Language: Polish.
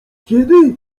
kiedy